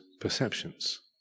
perceptions